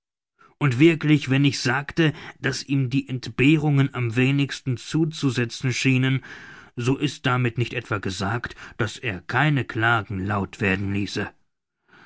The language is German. und wirklich wenn ich sagte daß ihm die entbehrungen am wenigsten zuzusetzen schienen so ist damit nicht etwa gesagt daß er keine klagen laut werden ließe